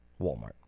Walmart